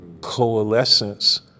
coalescence